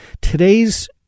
Today's